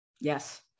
Yes